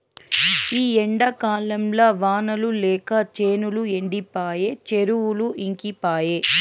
ఈ ఎండాకాలంల వానలు లేక చేనులు ఎండిపాయె చెరువులు ఇంకిపాయె